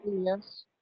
Yes